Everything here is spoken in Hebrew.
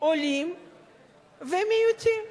עולים ומיעוטים.